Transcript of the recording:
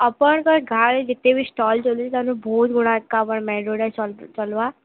ଆପଣଙ୍କ ଗାଁରେ ଯେତେ ବି ଷ୍ଟଲ୍ ଚଲୁଛି ତା ଠୁ ବହୁତ ବଡ଼ ଏକା ଆପଣ ମେନ୍ ରୋଡ଼୍ରେ ଚଳ ଚଲ୍ବା